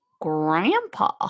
grandpa